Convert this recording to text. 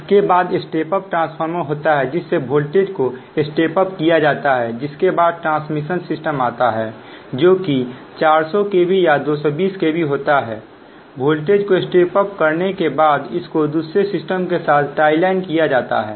इसके बाद step up transformer होता है तब वोल्टेज को स्टेप अप किया जाता है जिसके बाद ट्रांसमिशन सिस्टम आता है जो कि 400 kV या 220 kv होता है वोल्टेज को स्टेप अप करने के बाद इसको दूसरे सिस्टम के साथ टाइलाइन किया जाता है